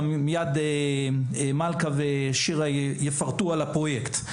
מלכה ושירה יפרטו על הפרויקט.